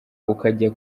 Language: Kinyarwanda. ukajya